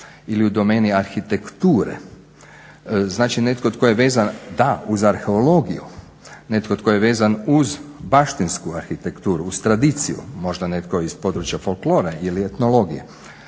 ili u domeni arhitekture, znači netko tko je vezan, da uz arheologiju, netko tko je vezan uz baštinsku arhitekturu, uz tradiciju, možda neko iz područja folklora ili etnologije.